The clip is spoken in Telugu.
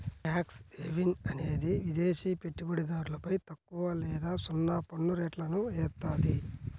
ట్యాక్స్ హెవెన్ అనేది విదేశి పెట్టుబడిదారులపై తక్కువ లేదా సున్నా పన్నురేట్లను ఏత్తాది